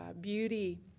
beauty